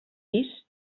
vist